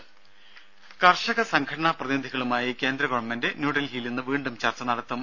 രുര കർഷക സംഘടനാ പ്രതിനിധികളുമായി കേന്ദ്ര ഗവൺമെന്റ് ന്യൂഡൽഹിയിൽ ഇന്ന് വീണ്ടും ചർച്ച നടത്തും